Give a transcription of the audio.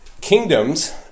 Kingdoms